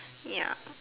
ya